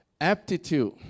Aptitude